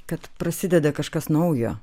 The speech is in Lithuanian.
kad prasideda kažkas naujo